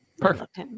Perfect